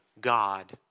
God